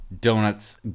donuts